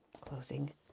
Closing